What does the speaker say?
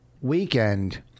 weekend